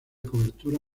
cobertura